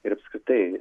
ir apskritai